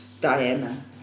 Diana